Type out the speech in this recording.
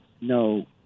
no